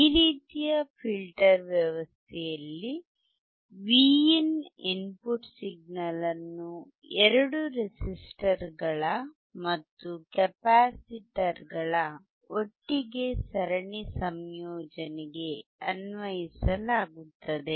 ಈ ರೀತಿಯ ಫಿಲ್ಟರ್ ವ್ಯವಸ್ಥೆಯಲ್ಲಿ Vin ಇನ್ಪುಟ್ ಸಿಗ್ನಲ್ ಅನ್ನು ಎರಡೂ ರೆಸಿಸ್ಟರ್ ಗಳ ಮತ್ತು ಕೆಪಾಸಿಟರ್ಗಳ ಒಟ್ಟಿಗೆ ಸರಣಿ ಸಂಯೋಜನೆಗೆ ಅನ್ವಯಿಸಲಾಗುತ್ತದೆ